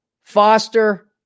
Foster